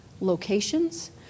locations